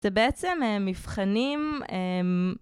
זה בעצם מבחנים